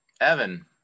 Evan